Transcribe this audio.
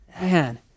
Man